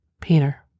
Peter